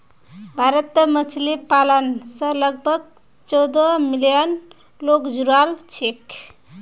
भारतत मछली पालन स लगभग चौदह मिलियन लोग जुड़ाल छेक